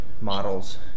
models